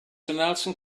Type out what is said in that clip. nelson